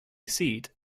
seat